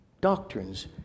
doctrines